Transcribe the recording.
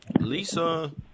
Lisa